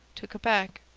to quebec.